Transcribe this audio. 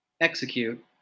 execute